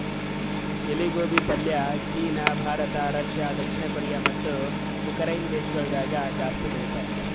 ಎಲಿ ಗೋಬಿ ಪಲ್ಯ ಚೀನಾ, ಭಾರತ, ರಷ್ಯಾ, ದಕ್ಷಿಣ ಕೊರಿಯಾ ಮತ್ತ ಉಕರೈನೆ ದೇಶಗೊಳ್ದಾಗ್ ಜಾಸ್ತಿ ಬೆಳಿತಾರ್